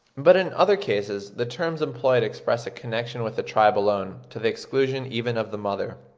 but in other cases the terms employed express a connection with the tribe alone, to the exclusion even of the mother.